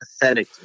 pathetic